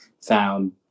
found